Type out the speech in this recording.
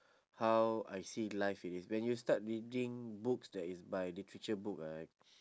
how I see life it is when you start reading books that is by literature book right